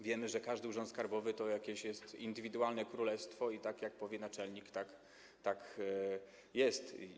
Wiemy, że każdy urząd skarbowy to jest jakieś indywidualne królestwo i tak jak powie naczelnik, tak jest.